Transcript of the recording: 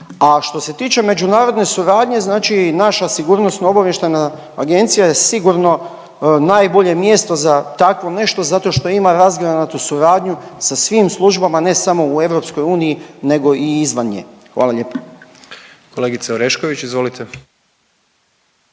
A što se tiče međunarodne suradnje, znači naša Sigurnosno obavještajna agencija je sigurno najbolje mjesto za takvo nešto zato što ima razgranatu suradnju sa svim službama ne samo u EU nego i izvan nje. Hvala lijepo. **Jandroković, Gordan